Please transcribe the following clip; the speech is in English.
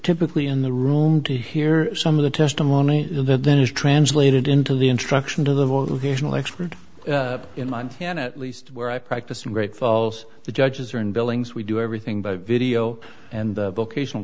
typically in the room to hear some of the testimony that then is translated into the instruction to the motivational expert in montana at least where i practice in great falls the judges are in billings we do everything by video and vocational